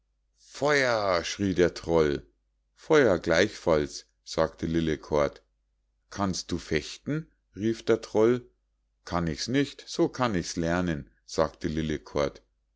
feuer schrie der troll feuer gleichfalls sagte lillekort kannst du fechten rief der troll kann ich's nicht so kann ich's lernen sagte